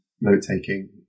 note-taking